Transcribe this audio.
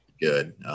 Good